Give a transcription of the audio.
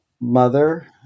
mother